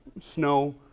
snow